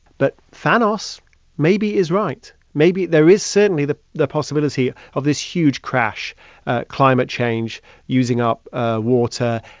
but thanos maybe is right. maybe there is certainly the the possibility of this huge crash climate change using up ah water,